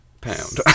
pound